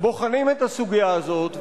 בוחנים את הסוגיה הזאת,